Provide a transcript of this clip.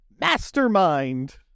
mastermind